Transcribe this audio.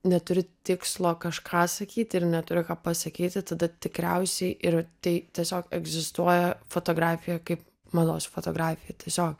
neturi tikslo kažką sakyt ir neturi ką pasakyti tada tikriausiai ir tai tiesiog egzistuoja fotografija kaip mados fotografija tiesiog